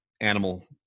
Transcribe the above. animal